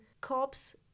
cops